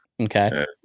Okay